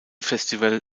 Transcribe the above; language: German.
festival